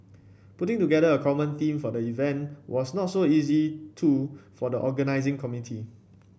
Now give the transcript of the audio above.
putting together a common theme for the event was not so easy too for the organising committee